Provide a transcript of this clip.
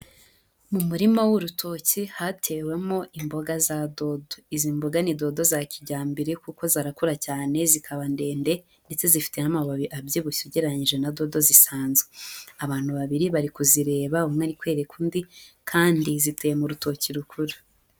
Mu murima w'urutoki hatewemo imboga za dodo, izi mboga ni dodo za kijyambiere kuko zarakura cyane zikaba ndende ndetse zifite n'amababi abyibushye ugereranyije na dodo zisanzwe, abantu babiri bari kuzireba umwe ari kwereka undi kandi ziteye mu rutoki rukuru.